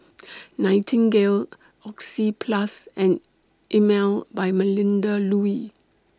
Nightingale Oxyplus and Emel By Melinda Looi